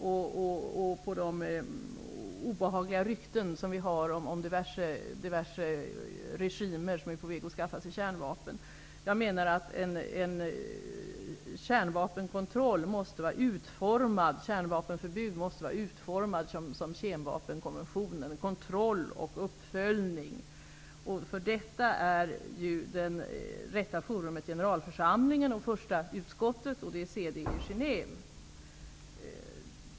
Jag tänker på de obehagliga rykten som vi har hört om diverse regimer som är på väg att skaffa sig kärnvapen. Ett kärnvapenförbud måste vara utformat som kemvapenkonventionen, dess kontoll och uppföljning. För detta är det rätta forumet generalförsamlingen, första utskottet och CD i Genève.